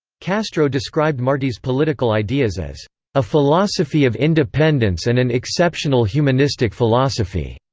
castro described marti's political ideas as a philosophy of independence and an exceptional humanistic philosophy,